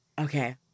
Okay